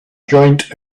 joint